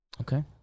Okay